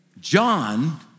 John